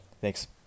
thanks